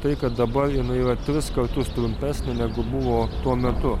tai kad dabar jinai yra tris kartus trumpesnė negu buvo tuo metu